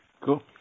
Cool